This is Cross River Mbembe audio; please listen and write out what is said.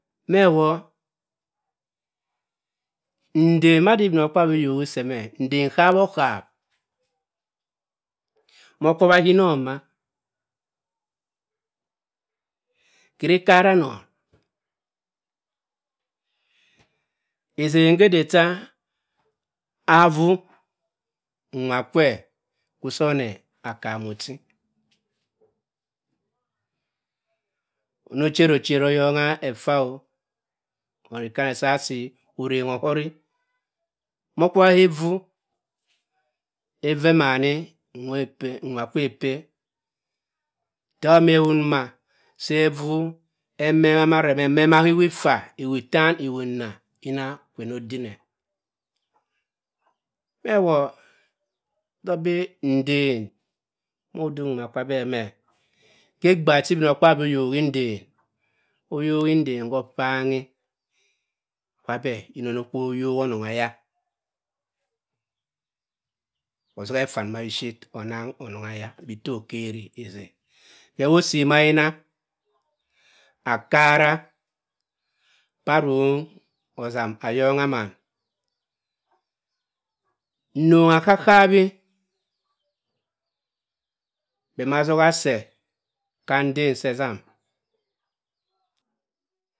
Me wo nden mada ibinokpabi oyoki se me nden nkaabhi okkaab mor okwo wa ka inon ma keri ikara non ezen ge cha avvu nwa kwe kwu sa oni akaam ochi, ono chett-ochera oyonga effa-o, odem kwa asi, orenga ohuri, ma okwobba ka evu, evu emamni mwa kwe oppe tewott ma ewu nduma sa evu emamaa ka ewu itta iwu ittam iwu inaa yina keve ono odina me wor ndok bi nden moh oduk mwa kwa abhe me, ka egbikha cha ibinokpaabyi oyokki nden oyokki ndem go opamgi kwa abhe yina ono kwu oyok onong eya. osaha effa nduma biphir onamg onong eya bi tte okeri onong eya bi te okeri nden, kewor osi mayina akara pa arrong osam ayonga maan, nronga kaab-kaabbi bhe ma asoha se ka nden se essam.